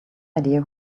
idea